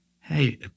Hey